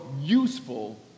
useful